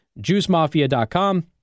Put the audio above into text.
JuiceMafia.com